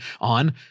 on